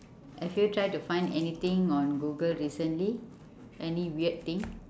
have you tried to find anything on google recently any weird thing